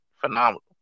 phenomenal